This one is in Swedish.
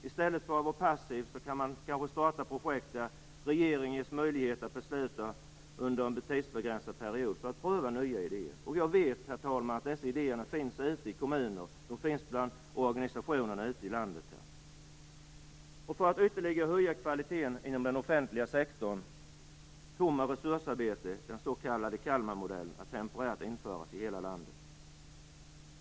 I stället för att vara passiv kan man kanske starta projekt, som regeringen nu ges möjligheter att besluta om, för att under en tidsbegränsad period pröva nya idéer. Och jag vet, herr talman, att dessa idéer finns bland kommuner och organisationer ute i landet. För att ytterligare höja kvaliteten inom den offentliga sektorn kommer resursarbete, den s.k. Kalmarmodellen, att temporärt införas i hela landet.